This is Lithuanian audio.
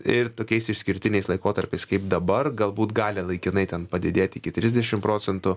ir tokiais išskirtiniais laikotarpiais kaip dabar galbūt gali laikinai ten padidėti iki trisdešimt procentų